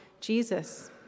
Jesus